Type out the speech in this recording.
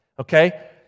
okay